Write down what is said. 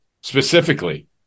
specifically